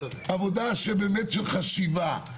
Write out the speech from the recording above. עבודה של חשיבה.